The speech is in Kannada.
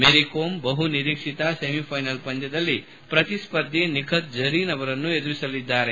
ಮೇರಿ ಕೋಮ್ ಬಹುನಿರೀಕ್ಷಿತ ಸೆಮಿಫೈನಲ್ಲ್ ಪಂದ್ಯದಲ್ಲಿ ಪ್ರತಿಸ್ಪರ್ಧಿ ನಿಖಿತ್ ಝರೀನ್ ಅವರನ್ನು ಎದುರಿಸಲಿದ್ದಾರೆ